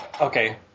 okay